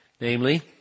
namely